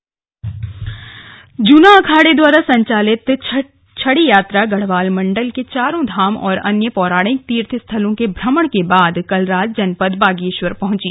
छड़ी यात्रा जूना अखाड़े द्वारा संचालित छड़ी यात्रा गढ़वाल मंडल के चारों धाम और अन्य पौराणिक तीर्थ स्थलों के भ्रमण के बाद कल रात जनपद बागेश्वर पहुंची